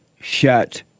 shut